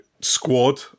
squad